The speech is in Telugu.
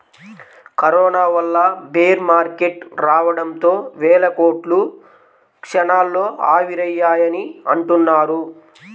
కరోనా వల్ల బేర్ మార్కెట్ రావడంతో వేల కోట్లు క్షణాల్లో ఆవిరయ్యాయని అంటున్నారు